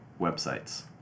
websites